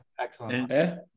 excellent